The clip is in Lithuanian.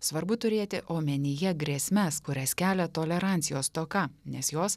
svarbu turėti omenyje grėsmes kurias kelia tolerancijos stoka nes jos